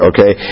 Okay